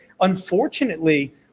unfortunately